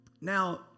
Now